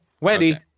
Wendy